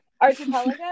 Archipelago